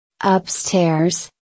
Upstairs